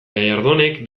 gallardonek